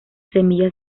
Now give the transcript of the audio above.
semillas